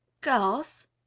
Girls